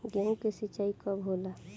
गेहूं के सिंचाई कब होला?